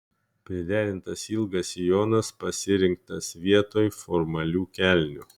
priderintas ilgas sijonas pasirinktas vietoj formalių kelnių